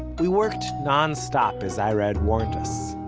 we've worked nonstop, as ira had warned us,